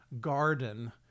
garden